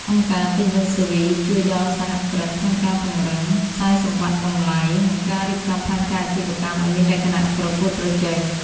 អង្គការ Technoserve ជួយដល់សហគ្រិនក្នុងការពង្រឹង "ខ្សែសង្វាក់តម្លៃ" និងការរៀបចំផែនការអាជីវកម្មឱ្យមានលក្ខណៈប្រកួតប្រជែង។